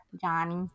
Johnny